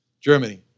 Germany